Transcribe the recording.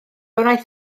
wnaeth